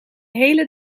hele